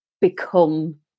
become